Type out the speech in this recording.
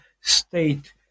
state